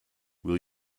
will